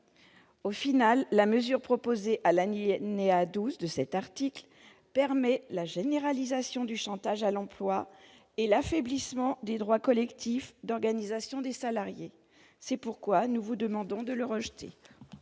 Finalement, la mesure proposée à l'alinéa 12 de cet article permet la généralisation du chantage à l'emploi et l'affaiblissement des droits collectifs d'organisation des salariés. C'est la raison pour laquelle nous vous demandons, mes chers